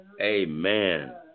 Amen